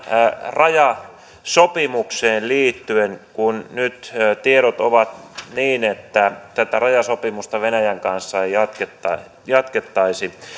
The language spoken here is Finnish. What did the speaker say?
rajasopimukseen liittyen kun nyt tiedot ovat niin että tätä rajasopimusta venäjän kanssa ei jatkettaisi jatkettaisi